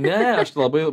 ne aš labai